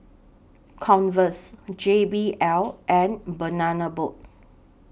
Converse J B L and Banana Boat